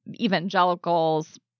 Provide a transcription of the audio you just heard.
evangelicals